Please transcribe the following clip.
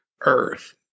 Earth